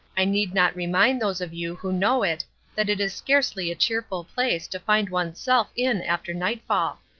i need not remind those of you who know it that it is scarcely a cheerful place to find oneself in after nightfall.